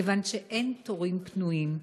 כיוון שאין תורים פנויים.